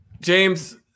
James